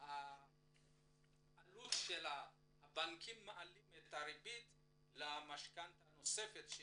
העלאת הבנקים את הריבית של המשכנתא הנוספת.